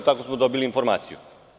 Tako smo dobili informaciju.